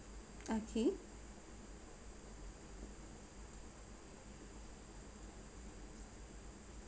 okay